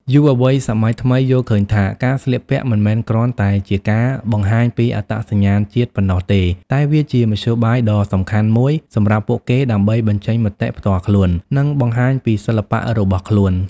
យុវវ័យសម័យថ្មីយល់ឃើញថា ការស្លៀកពាក់ មិនមែនគ្រាន់តែជាការបង្ហាញពីអត្តសញ្ញាណជាតិប៉ុណ្ណោះទេ តែវាជាមធ្យោបាយដ៏សំខាន់មួយសម្រាប់ពួកគេដើម្បី បញ្ចេញមតិផ្ទាល់ខ្លួន និងបង្ហាញពី សិល្បៈ របស់ខ្លួន។